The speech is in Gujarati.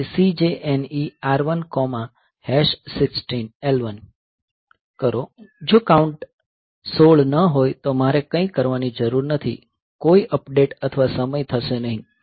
તેથી CJNE R116 L1 કરો જો કાઉન્ટ 16 ન હોય તો મારે કંઈ કરવાની જરૂર નથી કોઈ અપડેટ અથવા સમય થશે નહીં